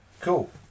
cool